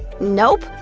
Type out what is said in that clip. nope.